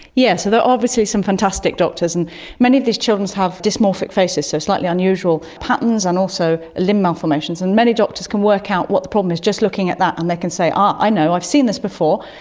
yes, so there are obviously some fantastic doctors. and many of these children have dysmorphic faces, so slightly unusual patterns and also limb malformations, and many doctors can work out what the problem is just looking at that and they can say, ah, i know, i've seen this before,